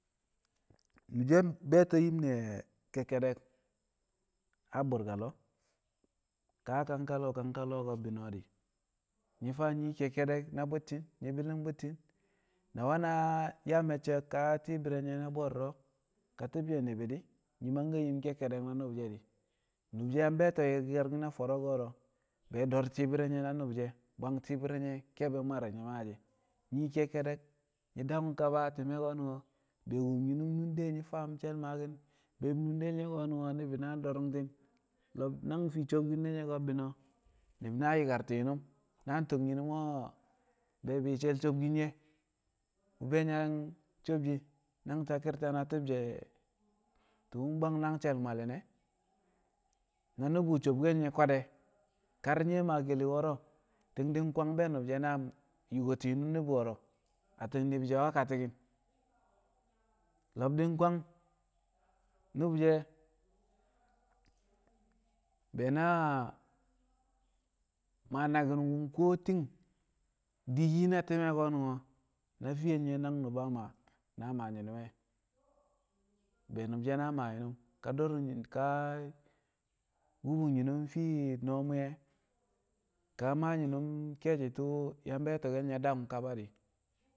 be̱e̱to̱ yim ne̱ kekkedek a burka lo̱o̱ ka kangka lo̱o̱ kangka lo̱o̱ ko̱bbi̱no̱ nyi̱ faa yim kekkedek na bu̱tti̱n nƴi̱ bi̱li̱ng bu̱tti̱n na we̱na yaa me̱cce ka ti̱i̱bi̱r re̱ nye̱ na bo̱lo̱ro̱ ka ti̱bshe̱ ni̱bi̱ nƴi̱ mangke̱ yim kekkedek nubu she̱ yang be̱e̱to̱ yi̱karki̱n a fo̱ro̱ ko̱ro̱ be̱ do̱r ti̱i̱bi̱r re̱ nye̱ na nu̱bu̱ she̱ bwang ti̱i̱bi̱r re̱ nye̱ ke̱e̱bi̱ mwari̱n nyi̱ maashi̱ nyi̱ kekkedek nyi̱ daku̱m kaba a ti̱me̱ ko̱nu̱n di̱ wum nyi̱ nunde nyi̱ faam she̱l maaki̱n be̱ nundel nye̱ ko̱nu̱n ni̱bi̱ na do̱ri̱ngti̱n lo̱b nang fii sobkin ne̱ nye̱ ko̱ ni̱bi̱ na yi̱karti̱ nyinum na tu̱m nyinimo be̱ẹbi̱ she̱l sobkin she̱ wu̱ be̱ nyi̱ yang sobshi nang taki̱rta na ti̱bshe̱ tu̱u̱ bwang nang she̱l mwali̱n ne̱ na nu̱bu̱ sobkel nye̱ kwad de̱ kar nyi̱ we̱ maa ke̱li̱ wo̱ro̱ ti̱ng di̱ kwang na be̱ nu̱bu̱ na yu̱ko̱ti̱n nyinum ni̱bi̱ wo̱ro̱, atti̱n ni̱bi̱ she̱ wẹ kati̱ki̱n lo̱b di̱ kwang nu̱bu̱ she̱ be̱ na maa naki̱n wu̱ kuwo ti̱ng di̱ yi na ti̱me̱ ko̱nu̱n ko̱ na fiyel nye nang nu̱ba Maa na maa nyinum e̱ ka wubung nyinum fii noo mwi̱ye̱ ka maa nyinum ke̱e̱shi̱ tu̱u̱ yaa be̱e̱to̱ke̱l nye̱ daku̱m kaba di̱.